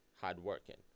hardworking